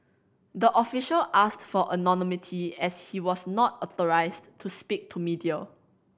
the official asked for anonymity as he was not authorised to speak to media